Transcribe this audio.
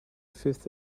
fifth